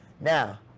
now